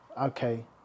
okay